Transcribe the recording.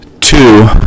two